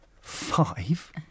five